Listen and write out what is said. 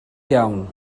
iawn